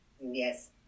Yes